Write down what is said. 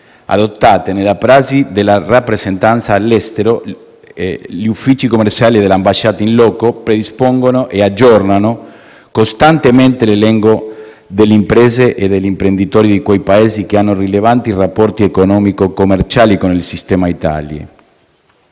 adottate nella prassi dalle rappresentanze all'estero. Gli uffici commerciali dell'ambasciata *in loco* predispongono e aggiornano costantemente l'elenco delle imprese e degli imprenditori dei Paesi che hanno rilevanti rapporti economico-commerciali con il sistema Italia.